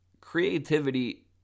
Creativity